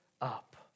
up